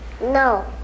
No